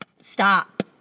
Stop